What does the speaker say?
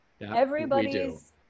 Everybody's